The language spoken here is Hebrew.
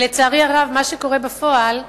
לצערי הרב, מה שקורה בפועל,